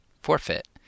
forfeit